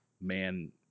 man